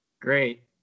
Great